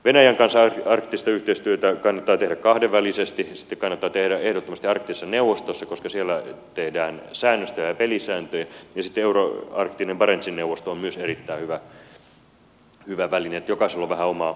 venäjän kanssa arktista yhteistyötä kannattaa tehdä kahdenvälisesti sitten kannattaa tehdä yhteistyötä ehdottomasti arktisessa neuvostossa koska siellä tehdään säännöstöä ja pelisääntöjä ja sitten euroarktinen barentsin neuvosto on myös erittäin hyvä väline että jokaisella on vähän oma roolinsa